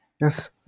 Yes